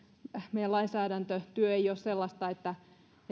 meidän lainsäädäntötyömme ei ole sellaista että